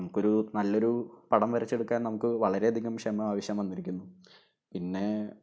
നമുക്ക് ഒരൂ നല്ല ഒരു പടം വരച്ചെടുക്കാൻ നമുക്ക് വളരെ അധികം ക്ഷമ ആവശ്യം വന്നിരിക്കുന്നു പിന്നേ